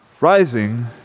Rising